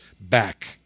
back